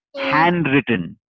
handwritten